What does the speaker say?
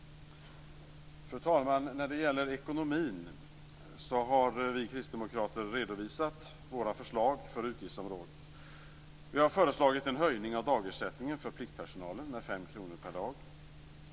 Fru talman! När det gäller ekonomin har vi kristdemokrater redovisat våra förslag för utgiftsområdet. Vi har föreslagit en höjning av dagersättningen för pliktpersonalen med 5 kr per dag.